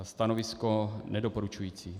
Stanovisko nedoporučující.